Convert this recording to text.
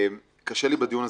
קשה לי בדיון הזה,